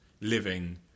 living